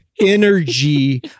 energy